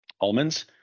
almonds